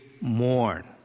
mourn